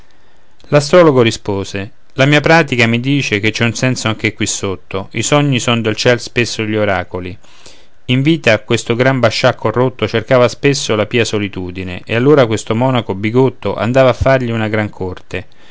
l'astrologo rispose la mia pratica mi dice che c'è un senso anche qui sotto i sogni son del ciel spesso gli oracoli in vita questo gran bascià corrotto cercava spesso la pia solitudine e allora questo monaco bigotto andava a fargli una gran corte